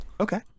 Okay